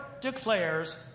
declares